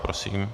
Prosím.